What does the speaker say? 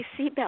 seatbelt